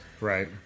Right